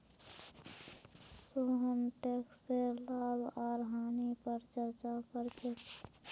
सोहन टैकसेर लाभ आर हानि पर चर्चा कर छेक